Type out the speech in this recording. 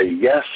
yes